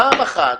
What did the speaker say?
פעם אחת,